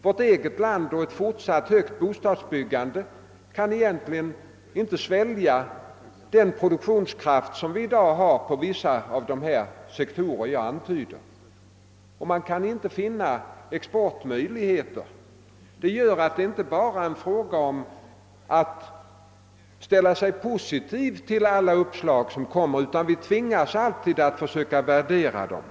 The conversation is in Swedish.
Vårt eget land kan egentligen inte ens med ett fortsatt högt bostadsbyggande svälja den produktion som vi i dag har inom vissa av de sektorer jag har antytt, och vi kan inte finna exportmöjligheter. Det räcker alltså inte med att ställa sig positiv till alla uppslag, utan vi tvingas att försöka värdera dem.